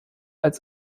als